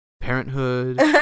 Parenthood